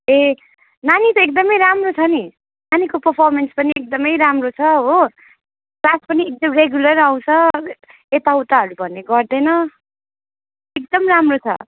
ए नानी त एकदमै राम्रो छ नि नानीको पर्फमेन्स पनि एकदमै राम्रो छ हो क्लास पनि एकदम रेगुलर आउँछ यता उताहरू भन्ने गर्दैन एकदम राम्रो छ